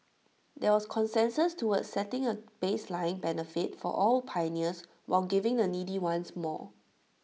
there was consensus towards setting A baseline benefit for all pioneers while giving the needy ones more